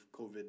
COVID